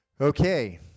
Okay